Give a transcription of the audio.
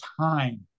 time